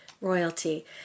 royalty